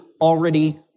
already